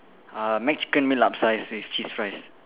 uh McChicken meal upsized with cheese fries